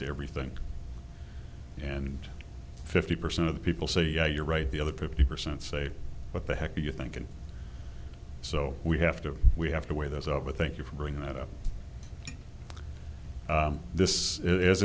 to everything and fifty percent of the people say yeah you're right the other fifty percent say what the heck you think and so we have to we have to weigh those over thank you for bringing that up this